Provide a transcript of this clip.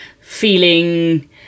feeling